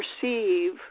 perceive